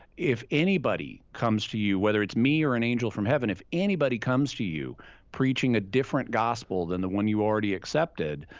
if anybody comes to you, whether it's me or an angel from heaven, if anybody comes to you preaching a different gospel than the one you accepted,